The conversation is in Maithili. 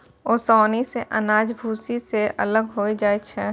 ओसौनी सें अनाज भूसी सें अलग होय जाय छै